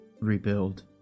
rebuild